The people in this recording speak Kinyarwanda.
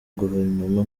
guverinoma